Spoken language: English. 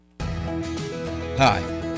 hi